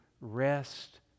rest